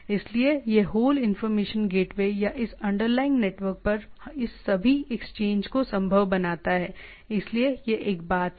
इसलिए यह whole information gateway या इस अंडरलाइनग नेटवर्क पर इस सभी एक्सचेंज को संभव बनाता है इसलिए यह एक बात है